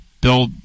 Bill